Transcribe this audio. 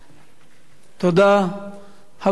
חבר הכנסת דב חנין, בבקשה.